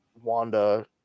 Wanda